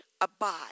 abide